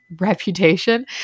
reputation